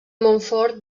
montfort